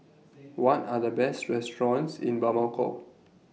What Are The Best restaurants in Bamako